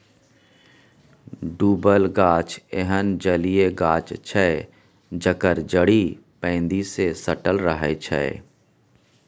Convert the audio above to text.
डुबल गाछ एहन जलीय गाछ छै जकर जड़ि पैंदी सँ सटल रहै छै